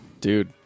dude